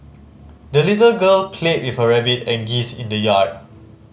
the little girl played with her rabbit and geese in the yard